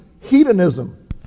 hedonism